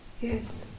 Yes